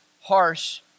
harsh